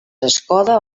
escoda